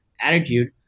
attitude